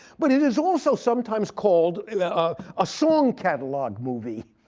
but it is also sometimes called ah a song catalog movie,